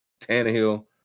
Tannehill